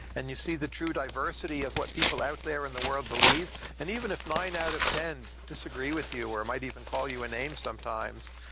and you see the true diversity of what people out there in the world believe. and even if nine out of ten disagree with you or might even call you a name sometimes,